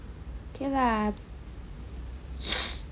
okay lah